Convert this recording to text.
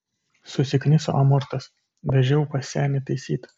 susikniso amortas vežiau pas senį taisyt